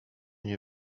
nie